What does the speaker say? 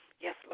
Yes